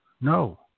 No